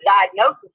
diagnosis